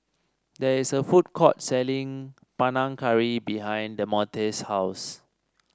there is a food court selling Panang Curry behind Demonte's house